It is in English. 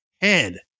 head